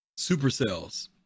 supercells